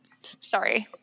Sorry